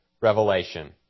revelation